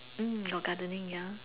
hmm got gardening ya